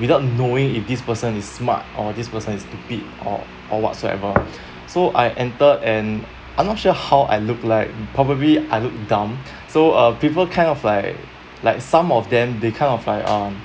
without knowing if this person is smart or this person is stupid or or whatsoever so I enter and I'm not sure how I look like probably I looked dumb so uh people kind of like like some of them they kind of like um